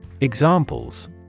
Examples